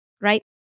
right